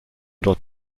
dort